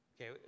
Okay